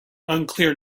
unclear